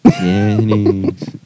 Jennings